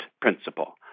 principle